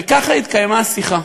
וככה התקיימה השיחה,